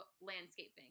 landscaping